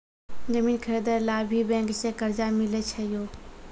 जमीन खरीदे ला भी बैंक से कर्जा मिले छै यो?